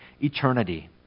eternity